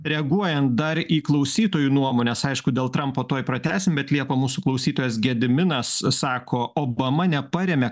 reaguojant dar į klausytojų nuomones aišku dėl trampo tuoj pratęsim bet liepa mūsų klausytojas gediminas sako obama neparėmė